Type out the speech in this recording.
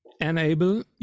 enable